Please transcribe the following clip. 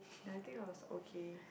I think I was okay